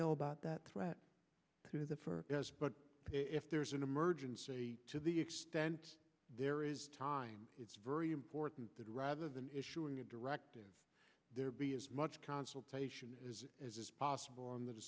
know about that threat to the for but if there's an emergency to the extent there is time it's very important that rather than issuing a directive there be as much consultation as possible on the